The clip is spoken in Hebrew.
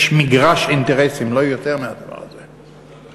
יש מגרש אינטרסים, לא יותר מהדבר הזה.